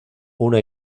una